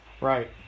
Right